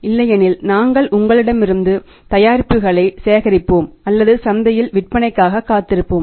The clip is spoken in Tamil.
இல்லையெனில் நாங்கள் உங்களிடமிருந்து தயாரிப்புகளை சேகரிப்போம் அல்லது சந்தையில் விற்பனைக்காக காத்திருப்போம்